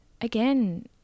again